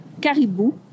caribou